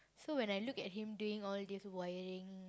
so when I look at him doing all these wiring